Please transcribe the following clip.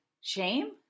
shame